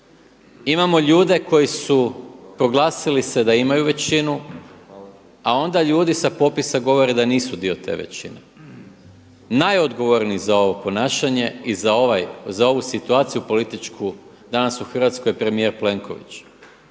imamo ljude koji su proglasili se da imaju većinu, onda ljudi sa popisa govore da nisu dio te većine. Najodgovorniji za ovo ponašanje i za ovu situaciju političku danas u Hrvatskoj je premijer Plenković.